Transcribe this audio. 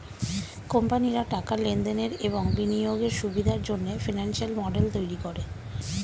কোম্পানিরা টাকার লেনদেনের এবং বিনিয়োগের সুবিধার জন্যে ফিনান্সিয়াল মডেল তৈরী করে